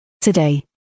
Today